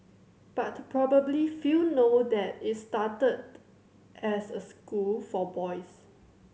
but probably few know that it started as a school for boys